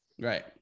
Right